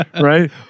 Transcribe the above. right